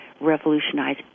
revolutionize